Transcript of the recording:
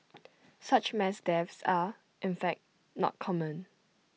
such mass deaths are in fact not common